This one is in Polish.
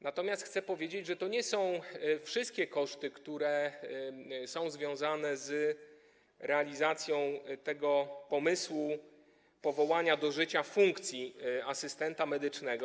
Natomiast chcę powiedzieć, że to nie są wszystkie koszty, które są związane z realizacją pomysłu powołania do życia funkcji asystenta medycznego.